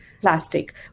plastic